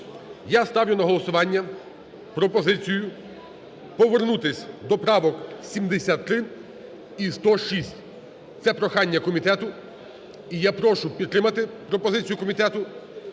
я ставлю на голосування пропозицію повернутись до правок 73 і 106, це прохання комітету. І я прошу підтримати пропозицію комітету,